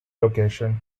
location